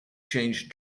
changed